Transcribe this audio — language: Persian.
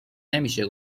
نمیشه